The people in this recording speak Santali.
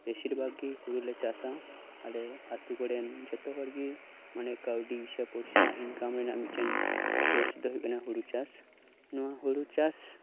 ᱵᱮᱥᱤᱨ ᱵᱷᱟᱜ ᱜᱮ ᱦᱩᱲᱩ ᱞᱮ ᱪᱟᱥᱟ ᱟᱞᱮ ᱟᱹᱛᱩ ᱠᱚᱨᱮᱱ ᱡᱚᱛᱚ ᱦᱚᱲ ᱜᱮ ᱢᱟᱱᱮ ᱠᱟᱣᱰᱤ ᱥᱮ ᱯᱚᱭᱥᱟ ᱤᱱᱠᱟᱢ ᱨᱮᱱᱟᱜ ᱢᱤᱫ ᱴᱮᱱ ᱥᱳᱮᱥ ᱫᱚ ᱦᱩᱭᱩᱜ ᱠᱟᱱᱟ ᱦᱩᱲᱩ ᱪᱟᱥ ᱱᱚᱣᱟ ᱦᱩᱲᱩ ᱪᱟᱥ